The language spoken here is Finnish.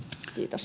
kiitos